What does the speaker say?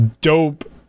dope